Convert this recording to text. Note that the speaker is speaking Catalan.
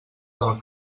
del